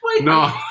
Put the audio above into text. No